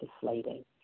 deflating